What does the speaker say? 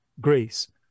Greece